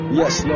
yes